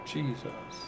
Jesus